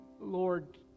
Lord